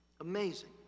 Amazing